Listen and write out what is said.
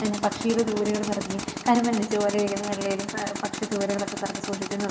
പിന്നെ പക്ഷിയുടെ തൂവലുകൾ പെറുക്കി കരുമ്പനടിച്ചതു പോലെ ഇരിക്കുന്ന വെള്ളയിൽ പക്ഷി തൂവലുകളൊക്കെ പെറുക്കി സൂക്ഷിക്കുന്നതും